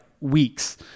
weeks